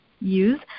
use